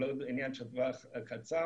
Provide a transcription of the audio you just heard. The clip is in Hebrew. הוא לא עניין של טווח קצר,